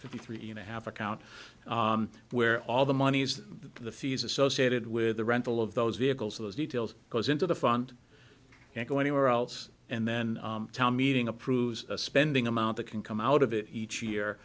fifty three and a half account where all the monies the fees associated with the rental of those vehicles those details goes into the fund can't go anywhere else and then tell meeting approves a spending amount that can come out of it each year